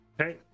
Okay